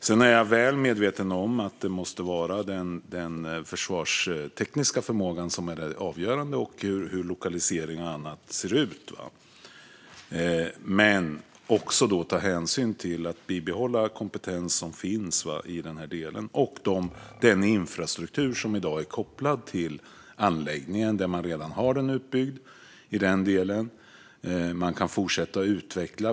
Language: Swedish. Sedan är jag väl medveten om att den försvarstekniska förmågan måste vara avgörande för lokalisering och annat, men hänsyn måste också tas till att bibehålla kompetens som finns och den infrastruktur som i dag är kopplad till anläggningen där man redan har den utbyggd. Man kan fortsätta att utveckla.